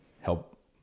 help